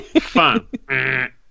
Fun